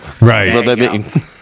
Right